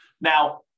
Now